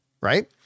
right